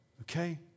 okay